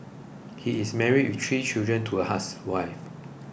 he is married with three children to a housewife